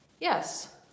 Yes